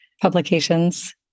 publications